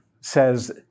says